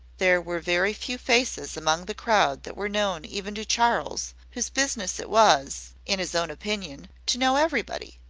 there were very few faces among the crowd that were known even to charles, whose business it was, in his own opinion, to know everybody.